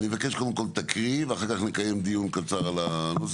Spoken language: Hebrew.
אני מבקש קודם כול תקריאי ואחר כך נקיים דיון קצר על הנוסח,